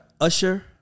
Usher